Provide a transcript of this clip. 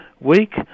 week